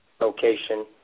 location